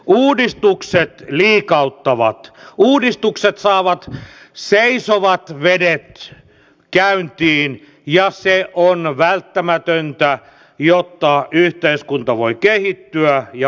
uudistukset liikauttavat uudistukset saavat seisovat vedet käyntiin ja se on välttämätöntä jotta yhteiskunta voi kehittyä ja uudistua